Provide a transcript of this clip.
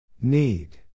Need